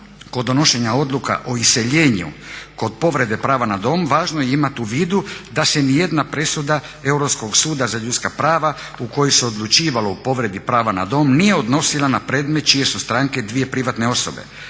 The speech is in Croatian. kod donošenja odluka o iseljenju kod povrede prava na dom važno je imati u vidu da se nijedna presuda Europskog suda za ljudska prava u kojoj se odlučivalo o povredi prava na dom nije odnosila na predmet čije su stranke 2 privatne osobe